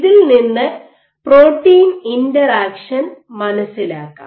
ഇതിൽ നിന്ന് protein interaction മനസ്സിലാക്കാം